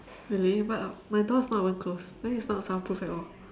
really but my door is not even closed then is not soundproof at all